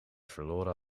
verloren